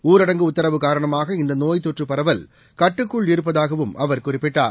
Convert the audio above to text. ஊரடங்கு உத்தரவு காரணமாக இந்தநோய் தொற்றுபரவல் கட்டுக்குள் இருப்பதாகவும் அவர் குறிப்பிட்டார்